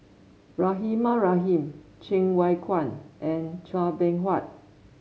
Rahimah Rahim Cheng Wai Keung and Chua Beng Huat